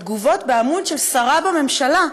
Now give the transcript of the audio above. בתגובות בעמוד של שרה בממשלה,